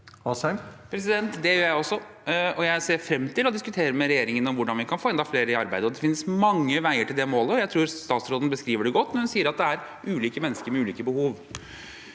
Det gjør jeg også, og jeg ser frem til å diskutere med regjeringen hvordan vi kan få enda flere i arbeid. Det finnes mange veier til det målet, og jeg synes statsråden beskriver det godt når hun sier at det er ulike mennesker med ulike behov.